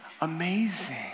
amazing